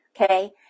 Okay